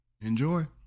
Enjoy